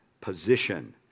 position